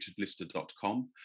richardlister.com